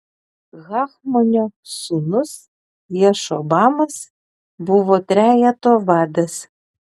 hachmonio sūnus jašobamas buvo trejeto vadas